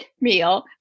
meal